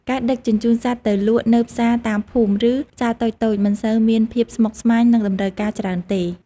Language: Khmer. ការដឹកជញ្ជូនសត្វទៅលក់នៅផ្សារតាមភូមិ ឬផ្សារតូចៗមិនសូវមានភាពស្មុគស្មាញ និងតម្រូវការច្រើនទេ។